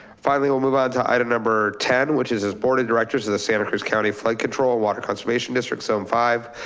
finally we'll move on to item number ten, which is as board of directors of the santa cruz county flight control, water conservation district seventy so um five,